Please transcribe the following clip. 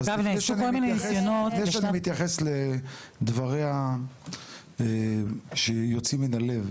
לפני שאני מתייחס לדבריה שיוצאים מן הלב,